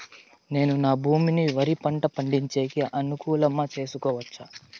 నేను నా భూమిని వరి పంట పండించేకి అనుకూలమా చేసుకోవచ్చా?